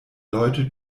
leute